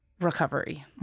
recovery